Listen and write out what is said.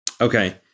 okay